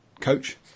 coach